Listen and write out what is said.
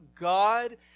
God